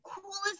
coolest